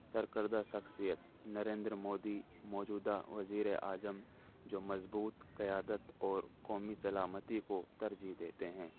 سرکردہ شخصیت نریندر مودی موجودہ وزیر اعظم جو مضبوط قیادت اور قومی سلامتی کو ترجیح دیتے ہیں